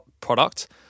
product